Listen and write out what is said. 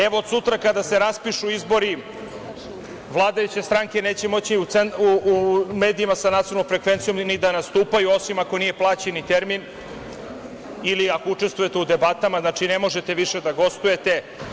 Evo, od sutra kada se raspišu izbori vladajuće stranke neće moći u medijima sa nacionalnom frekvencijom ni da nastupaju, osim ako nije plaćeni termin ili ako učestvujete u debatama ne možete više da gostujete.